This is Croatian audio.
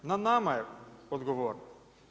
Na nama je odgovornost.